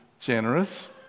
generous